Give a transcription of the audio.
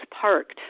parked